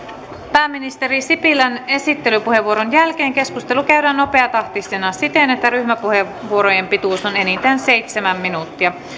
pääministeri sipilän esittelypuheenvuoron jälkeen keskustelu käydään nopeatahtisena siten että ryhmäpuheenvuorojen pituus on enintään seitsemän minuuttia